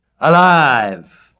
alive